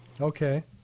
Okay